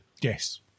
Yes